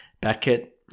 Beckett